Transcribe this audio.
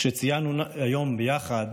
כשציינו היום ביחד